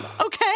Okay